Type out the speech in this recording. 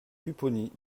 pupponi